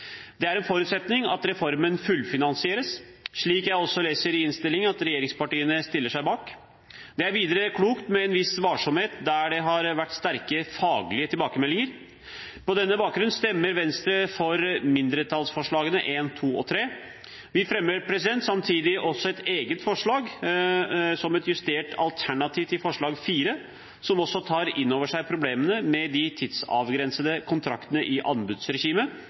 Det er en forutsetning at reformen fullfinansieres, slik jeg også leser i innstillingen at regjeringspartiene stiller seg bak. Det er videre klokt med en viss varsomhet der det har vært sterke faglige tilbakemeldinger. På denne bakgrunn stemmer Venstre for mindretallsforslagene nr. 1, 2 og 3. Vi fremmer samtidig også et eget forslag som et justert alternativ til forslag nr. 4, som også tar inn over seg problemene med de tidsavgrensede kontraktene i anbudsregimet,